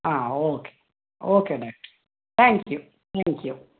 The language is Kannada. ಆಂ ಓಕೆ ಓಕೆ ಡಾಕ್ಟ್ರೇ ಥ್ಯಾಂಕ್ ಯು ಥ್ಯಾಂಕ್ ಯು